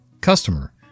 Customer